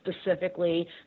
specifically